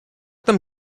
them